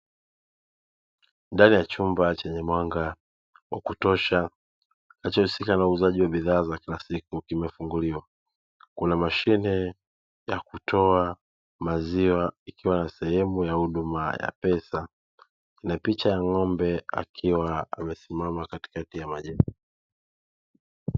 Ndani ya chumba chenye mwanga wa kutosha kinachohusika na uuzaji wa bidhaa za kila siku limefunguliwa, kuna mashine ya kutoa maziwa ikiwa na sehemu ya huduma ya pesa na picha ya ng'ombe akiwa amesimama katikati ya majani.